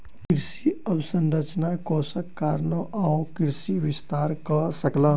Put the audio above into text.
कृषि अवसंरचना कोषक कारणेँ ओ कृषि विस्तार कअ सकला